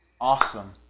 awesome